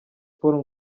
sport